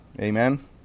amen